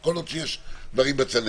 כל עוד יש דברים בצנרת.